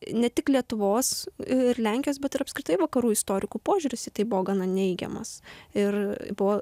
ne tik lietuvos ir lenkijos bet ir apskritai vakarų istorikų požiūris į tai buvo gana neigiamas ir buvo